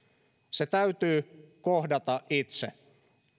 se täytyy kohdata itse